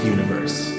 Universe